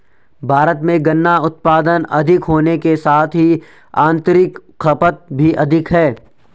भारत में गन्ना उत्पादन अधिक होने के साथ ही आतंरिक खपत भी अधिक है